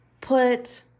put